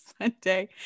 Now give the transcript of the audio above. Sunday